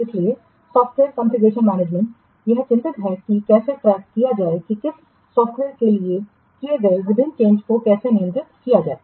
इसलिए software configuration management यह चिंतित है कि कैसे ट्रैक किया जाए और किसी सॉफ़्टवेयर में किए गए विभिन्न चेंजिंस को कैसे नियंत्रित किया जाए